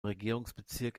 regierungsbezirk